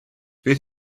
beth